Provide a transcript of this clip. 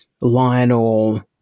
Lionel –